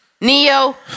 Neo